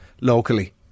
locally